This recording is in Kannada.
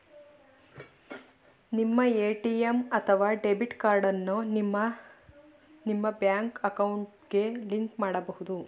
ನಿಮ್ಮ ಎ.ಟಿ.ಎಂ ಅಥವಾ ಡೆಬಿಟ್ ಕಾರ್ಡ್ ಅನ್ನ ನಿಮ್ಮ ನಿಮ್ಮ ಬ್ಯಾಂಕ್ ಅಕೌಂಟ್ಗೆ ಲಿಂಕ್ ಮಾಡಬೇಕು